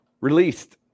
released